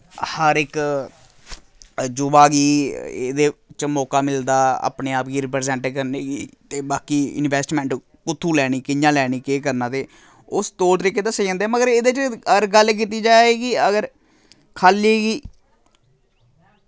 हर इक युवा गी एह्दे च मौका मिलदा अपने आप गी रिप्रेजेंट करने गी ते बाकी इन्वेस्टमैंट कुत्थु लैनी कि'यां लैनी केह् करना ते उस तौर तरीके दस्से जन्दे मगर एह्दे च अगर गल्ल कीती जाए कि अगर खाल्ली गी